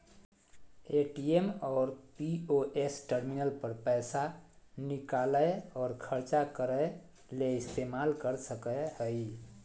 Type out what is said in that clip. ATM और POS terminal पर पैसा निकालय और ख़र्चा करय ले इस्तेमाल कर सकय हइ